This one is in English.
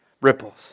ripples